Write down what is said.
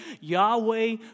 Yahweh